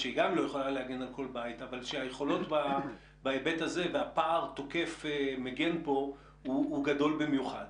ברור שהפער בין התוקף למגן הוא גדול במיוחד.